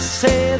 say